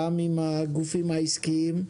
גם עם הגופים העסקיים.